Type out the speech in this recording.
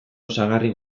osagarri